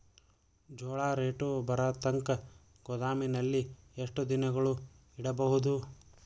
ಜೋಳ ರೇಟು ಬರತಂಕ ಗೋದಾಮಿನಲ್ಲಿ ಎಷ್ಟು ದಿನಗಳು ಯಿಡಬಹುದು?